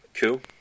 Cool